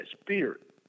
spirit